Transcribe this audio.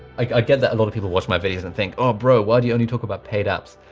like i get that a lot of people watch my videos and think, oh bro, why do you only talk about paid apps,